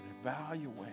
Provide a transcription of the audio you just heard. evaluate